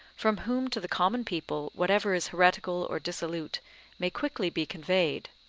from whom to the common people whatever is heretical or dissolute may quickly be conveyed,